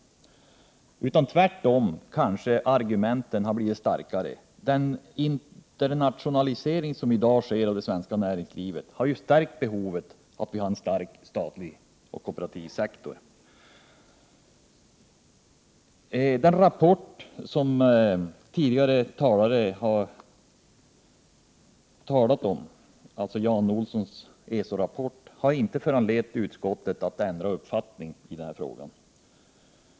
Tvärtom har kanske argumenten blivit starkare. Den internationalisering av det svenska näringslivet som sker i dag har ju ökat behovet av en stark statlig och kooperativ sektor. Den rapport som tidigare talare har berört, alltså Jan Olssons ESO rapport, har inte heller föranlett utskottet att ändra uppfattning i den här frågan.